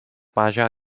baja